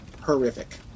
horrific